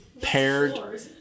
paired